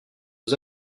aux